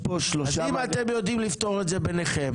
אם אתם יודעים לפתור את זה ביניכם